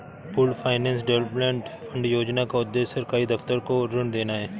pooled finance development fund योजना का उद्देश्य सरकारी दफ्तर को ऋण देना है